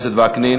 וקנין.